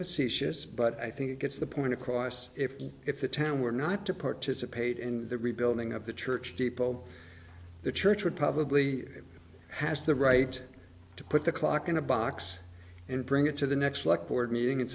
facetious but i think it gets the point across if if the town were not to participate in the rebuilding of the church steeple the church would probably has the right to put the clock in a box and bring it to the next like board meeting and